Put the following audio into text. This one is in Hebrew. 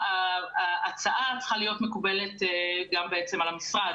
ההצעה צריכה להיות מקובלת גם על המשרד.